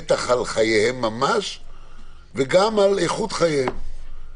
בטח על חייהם ממש וגם על איכות חייהם.